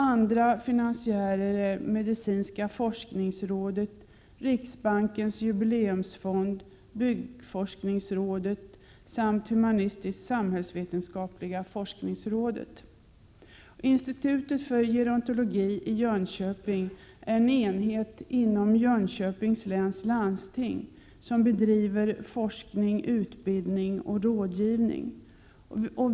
Andra finansiärer är medicinska forskningsrådet, riksbankens jubileumsfond, byggforskningsrådet samt humanistisk-samhällsvetenskapliga forskningsrådet. Institutet för gerontologi i Jönköping är en enhet inom Jönköpings läns landsting som bedriver forskning, utbildning och rådgivning.